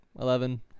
eleven